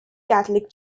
catholic